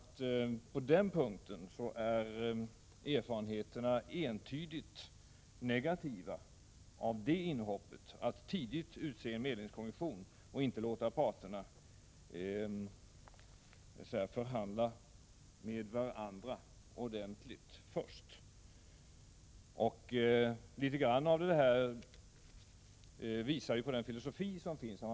På den punkten är erfarenheterna entydigt negativa av inhoppet att tidigt utse en medlingskommission och inte först låta parterna förhandla ordentligt med varandra. Litet grand visar detta på den filosofi regeringen haft.